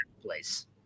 place